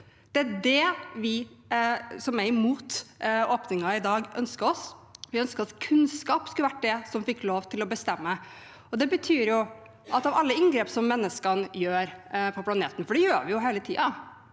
Det er det vi som er imot åpningen i dag, ønsker oss. Vi ønsker at kunnskap skulle ha vært det som fikk lov til å bestemme. Det betyr at vi for alle inngrep som menneskene gjør på planeten – for det gjør vi jo hele tiden